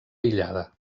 aïllada